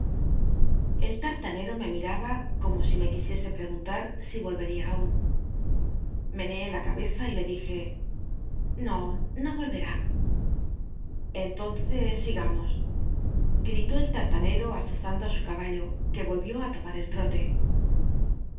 el lih'lancro me mil'aba como si me quisiec pl'egunlar si volvcria aun lfcneé la cabeza y le dij e no no ohetá entonces sigamos gl'itó el tattancro azuzando á su caballo que volvió á tomar el t